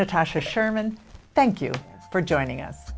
not tasha sherman thank you for joining us